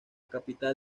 capital